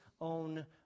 own